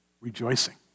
rejoicing